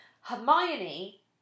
hermione